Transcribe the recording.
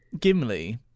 Gimli